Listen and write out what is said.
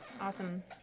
Awesome